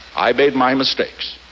i made my mistakes.